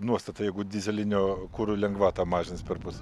nuostata jeigu dyzelinio kuro lengvatą mažins perpus